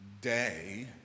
day